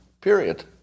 period